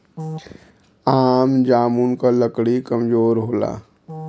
आम जामुन क लकड़ी कमजोर होला